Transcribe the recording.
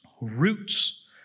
roots